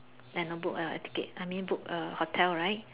and a book a ticket I mean book a hotel right